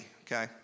okay